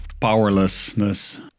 powerlessness